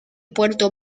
puerto